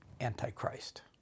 Antichrist